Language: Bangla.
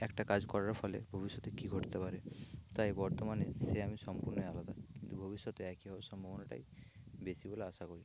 একটা কাজ করার ফলে ভবিষ্যতে কী ঘটতে পারে তাই বর্তমানে সে আমি সম্পূর্ণই আলাদা কিন্তু ভবিষ্যতে একই হওয়ার সম্ভাবনাটাই বেশি বলে আশা করি